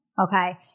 Okay